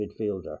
midfielder